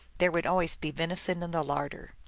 there would always be venison in the larder.